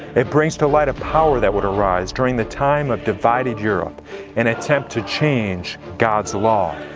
it brings to light a power that would arise during the time of divided europe and attempt to change god's law.